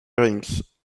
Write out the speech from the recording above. drinks